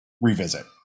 revisit